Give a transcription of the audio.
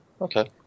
Okay